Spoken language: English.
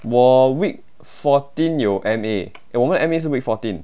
我 week fourteen 有 M_A eh 我们的 M_A 是 week fourteen